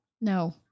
No